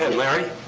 and larry.